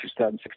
2016